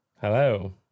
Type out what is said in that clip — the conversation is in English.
Hello